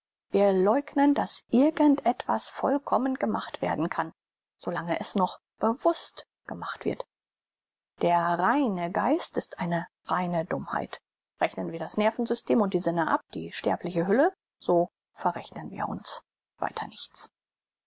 wir leugnen daß irgend etwas vollkommen gemacht werden kann so lange es noch bewußt gemacht wird der reine geist ist eine reine dummheit rechnen wir das nervensystem und die sinne ab die sterbliche hülle so verrechnen wir uns weiter nichts